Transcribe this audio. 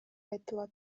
айтылат